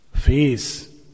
face